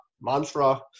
mantra